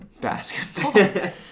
Basketball